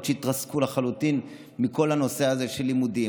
שהתרסקו לחלוטין מכל הנושא הזה של לימודים.